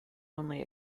only